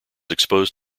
exposed